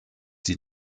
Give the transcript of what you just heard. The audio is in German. die